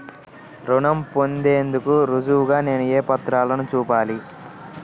రుణం పొందేందుకు రుజువుగా నేను ఏ పత్రాలను చూపాలి?